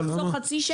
אתה תחסוך חצי שקל.